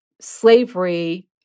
slavery